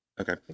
okay